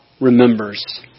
remembers